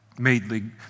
made